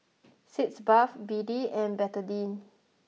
Sitz Bath B D and Betadine